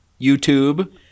YouTube